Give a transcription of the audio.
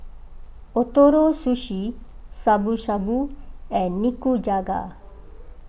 Ootoro Sushi Shabu Shabu and Nikujaga